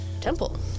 Temple